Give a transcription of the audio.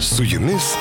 su jumis